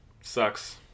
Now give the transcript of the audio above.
sucks